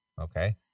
Okay